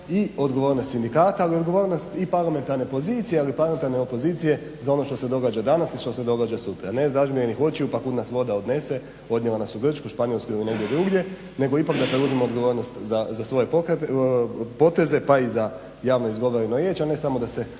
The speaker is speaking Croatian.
i odgovornost sindikata, ali i odgovornost i parlamentarne pozicije, ali i parlamentarne opozicije za ono što se događa danas i što se događa sutra. Ne zažmirenih očiju pa kud nas voda odnese odnijela nas u Grčku, Španjolsku ili negdje drugdje nego ipak da preuzmemo odgovornost za svoje poteze pa i za javno izgovorenu riječ, a ne samo da se